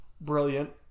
brilliant